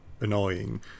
annoying